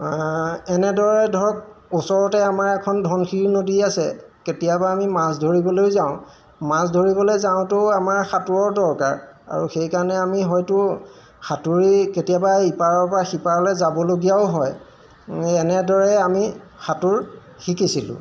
এনেদৰে ধৰক ওচৰতে আমাৰ এখন ধনশিৰি নদী আছে কেতিয়াবা আমি মাছ ধৰিবলৈও যাওঁ মাছ ধৰিবলৈ যাওঁতেও আমাৰ সাঁতোৰৰ দৰকাৰ আৰু সেইকাৰণে আমি হয়তো সাঁতুৰি কেতিয়াবা ইপাৰৰপৰা সিপাৰলৈ যাবলগীয়াও হয় এই এনেদৰে আমি সাঁতোৰ শিকিছিলোঁ